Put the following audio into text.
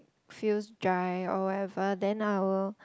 feels dry or whatever than I will